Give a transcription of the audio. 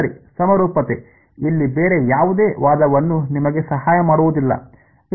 ಸರಿ ಸಮರೂಪತೆ ಇಲ್ಲಿ ಬೇರೆ ಯಾವುದೇ ವಾದವನ್ನು ನಿಮಗೆ ಸಹಾಯ ಮಾಡುವುದಿಲ್ಲ